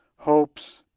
hopes,